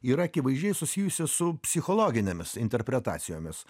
yra akivaizdžiai susijusi su psichologinėmis interpretacijomis